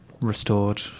restored